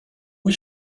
was